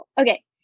Okay